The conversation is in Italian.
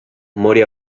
morì